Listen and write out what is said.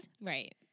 Right